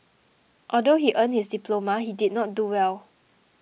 although he earned his diploma he did not do well